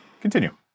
continue